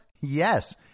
Yes